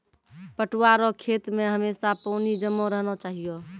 पटुआ रो खेत मे हमेशा पानी जमा रहना चाहिऔ